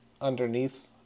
underneath